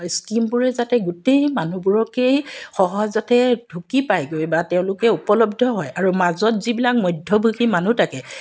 স্কীমবোৰে যাতে গোটেই মানুহবোৰকেই সহজতেই ঢুকি পায়গৈ বা তেওঁলোকে উপলব্ধ হয় আৰু মাজত যিবিলাক মধ্যভোগী মানুহ থাকে